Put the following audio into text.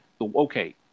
okay